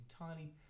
entirely